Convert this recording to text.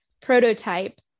prototype